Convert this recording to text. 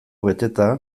beteta